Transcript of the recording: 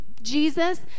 Jesus